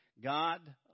God